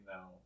now